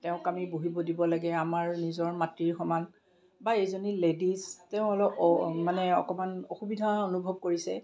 তেওঁক আমি বহিব দিব লাগে আমাৰ নিজৰ মাতৃৰ সমান বা এইজনী লেডিছ তেওঁ অলপ মানে অকণমান অসুবিধা অনুভৱ কৰিছে